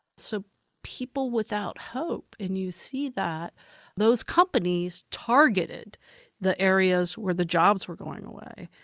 so, people without hope. and you see that those companies targeted the areas where the jobs were going away,